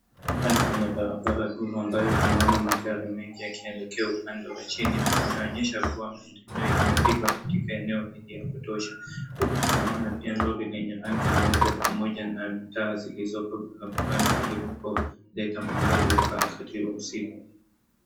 Hapa ni kwenye barabara kuu ambayo tunaona magari mengi yakielekea upande mmoja wa chini na inaonyesha kuwa maendeleo yamepigwa katika eneo hili la kutosha. Huku tunaona pia lori lenye rangi nyeupe pamoja na taa zilizowekwa barabara ili kuleta mwangaza wakati wa usiku.